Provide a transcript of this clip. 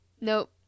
Nope